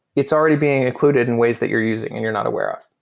it's already being included in ways that you're using and you're not aware of.